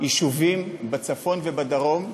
יישובים בצפון ובדרום,